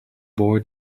boy